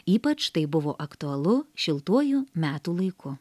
ypač tai buvo aktualu šiltuoju metų laiku